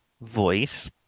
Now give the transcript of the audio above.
voice